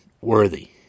worthy